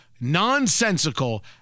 nonsensical